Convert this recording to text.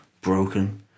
broken